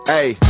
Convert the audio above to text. Hey